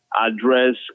address